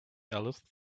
alice